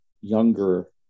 younger